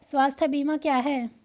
स्वास्थ्य बीमा क्या है?